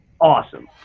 Awesome